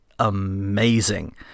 amazing